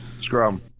Scrum